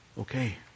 Okay